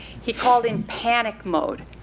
he called in panic mode.